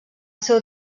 seu